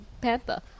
panther